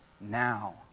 now